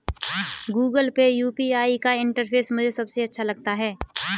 Google Pay UPI का interface मुझे सबसे अच्छा लगता है